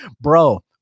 Bro